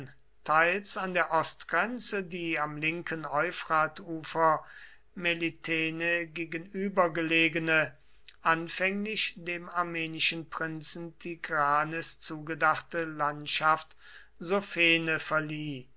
teils an der ostgrenze die am linken euphratufer melitene gegenüber gelegene anfänglich dem armenischen prinzen tigranes zugedachte landschaft sophene verlieh